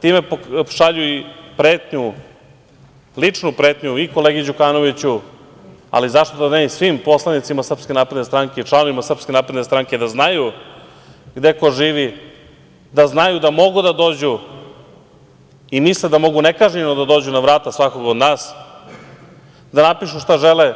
Time šalju i ličnu pretnju i kolegi Đukanoviću ali zašto da ne i svim poslanicima SNS, članovima SNS, da znaju gde i ko živi, da znaju da mogu da dođu i misle da mogu nekažnjeno da dođu na vrata svakog od nas, da napišu šta žele,